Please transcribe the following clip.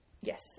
yes